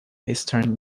eastern